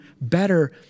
better